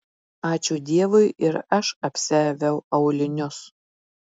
ačiū dievui ir aš apsiaviau aulinius